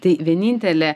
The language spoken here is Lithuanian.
tai vienintelė